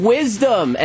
Wisdom